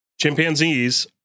chimpanzees